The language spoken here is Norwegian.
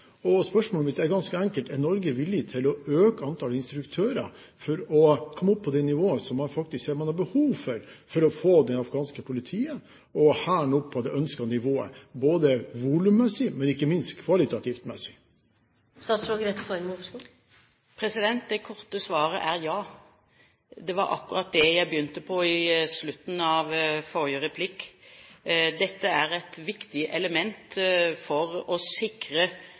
og spørsmålet mitt er ganske enkelt: Er Norge villig til å øke antallet instruktører for å komme opp på det nivået som man faktisk ser man har behov for for å få det afghanske politiet og hæren opp på det ønskede nivået, både volummessig og ikke minst kvalitativt? Det korte svaret er ja. Det var akkurat det jeg begynte på i slutten av forrige replikk. Dette er et viktig element for å sikre